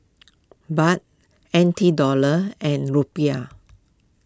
Baht N T Dollars and Rupiah